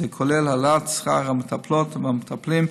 זה כולל את העלאת שכר המטפלות והמטפלים,